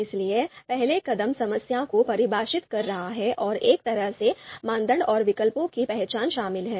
इसलिए पहला कदम समस्या को परिभाषित कर रहा है और एक तरह से मानदंड और विकल्पों की पहचान शामिल है